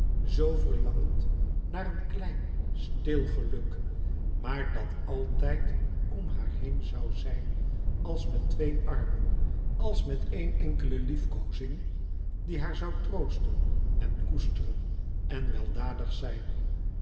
zoo verlangend naar een klein stil geluk maar dat altijd om haar heen zoû zijn als met twee armen als met één enkele liefkoozing die haar zoû troosten en koesteren en